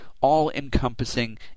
all-encompassing